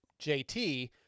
JT